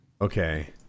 Okay